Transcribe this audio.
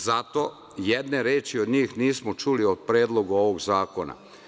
Zato jedne reči od njih nismo čuli o Predlogu ovog zakona.